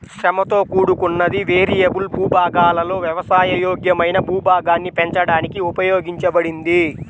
శ్రమతో కూడుకున్నది, వేరియబుల్ భూభాగాలలో వ్యవసాయ యోగ్యమైన భూభాగాన్ని పెంచడానికి ఉపయోగించబడింది